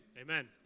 Amen